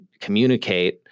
communicate